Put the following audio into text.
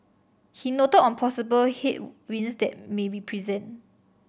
he noted on possible headwinds that may be present